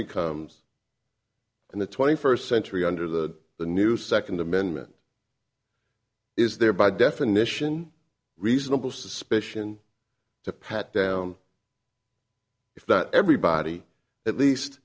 becomes in the twenty first century under the the new second amendment is there by definition reasonable suspicion to pat down if that everybody at least